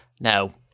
No